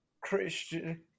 christian